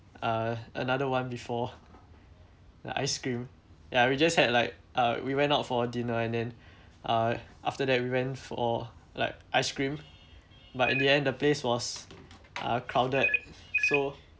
uh another [one] before the ice cream ya we just had like uh we went out for dinner and then uh after that we went for like ice cream but in the end the place was uh crowded so